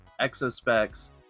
exospecs